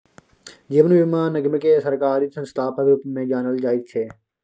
जीवन बीमा निगमकेँ सरकारी संस्थाक रूपमे जानल जाइत छै